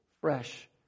fresh